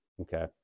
okay